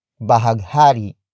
bahaghari